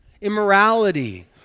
immorality